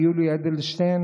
על יולי אדלשטיין?